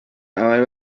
abari